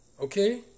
Okay